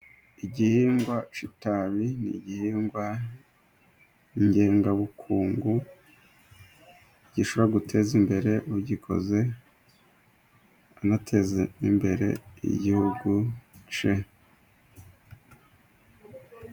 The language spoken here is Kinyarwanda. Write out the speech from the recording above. Igihingwa cy'itabi ni igihingwa ngengabukungu gishobora guteza imbere ugikoze anateza imbere igihugu cye.